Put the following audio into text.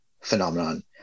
phenomenon